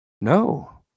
No